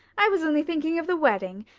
i was only thinking of the wedding.